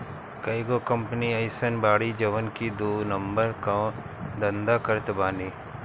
कईगो कंपनी अइसन बाड़ी जवन की दू नंबर कअ धंधा करत बानी